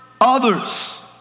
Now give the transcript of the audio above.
others